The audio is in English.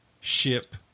ship